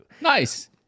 Nice